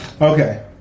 okay